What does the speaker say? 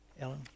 Ellen